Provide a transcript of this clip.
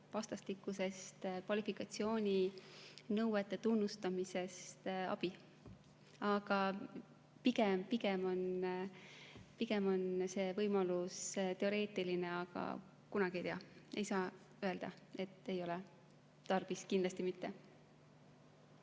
vastastikusest kvalifikatsiooninõuete tunnustamisest abi. Pigem on see võimalus teoreetiline, aga kunagi ei tea. Ei saa öelda, et ei ole tarvis, kindlasti mitte.